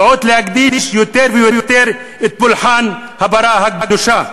ועוד לקדש יותר ויותר את פולחן הפרה הקדושה.